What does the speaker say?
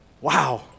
Wow